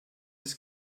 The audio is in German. ist